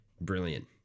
brilliant